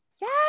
Yes